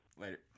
Later